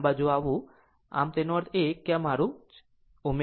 આમ આ બાજુ આવવું આમ તેનો અર્થ એ કે આ મારા my છે